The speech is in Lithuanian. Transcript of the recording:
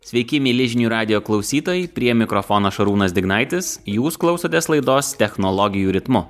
sveiki mieli žinių radijo klausytojai prie mikrofono šarūnas dignaitis jūs klausotės laidos technologijų ritmu